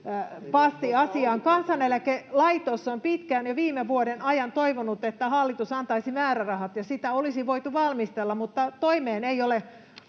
Kansaneläkelaitos on pitkään, jo viime vuoden ajan, toivonut, että hallitus antaisi määrärahat, ja sitä olisi voitu valmistella, mutta toimeen ei ole